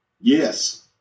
Yes